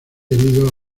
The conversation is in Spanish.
herido